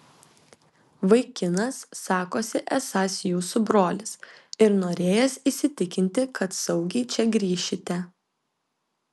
vaikinas sakosi esąs jūsų brolis ir norėjęs įsitikinti kad saugiai čia grįšite